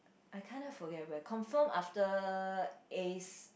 I kind of forget where confirm after A's